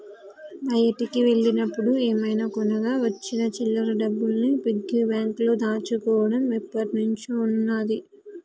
బయటికి వెళ్ళినప్పుడు ఏమైనా కొనగా వచ్చిన చిల్లర డబ్బుల్ని పిగ్గీ బ్యాంకులో దాచుకోడం ఎప్పట్నుంచో ఉన్నాది